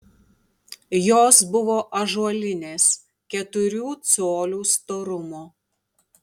jos buvo ąžuolinės keturių colių storumo